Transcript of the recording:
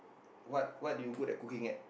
what what you good at cooking at